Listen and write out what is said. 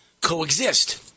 coexist